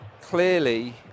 clearly